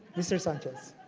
mr. sanchez.